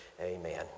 amen